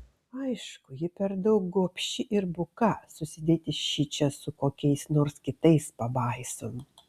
aišku ji per daug gobši ir buka susidėti šičia su kokiais nors kitais pabaisom